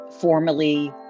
Formally